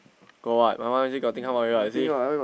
got [what] my one you see got thing come out already [what] you see